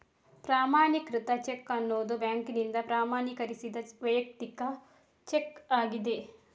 ಪ್ರಮಾಣೀಕೃತ ಚೆಕ್ ಅನ್ನುದು ಬ್ಯಾಂಕಿನಿಂದ ಪ್ರಮಾಣೀಕರಿಸಿದ ವೈಯಕ್ತಿಕ ಚೆಕ್ ಆಗಿದೆ